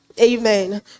amen